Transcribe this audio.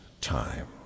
time